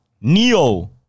Neo